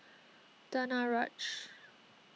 Danaraj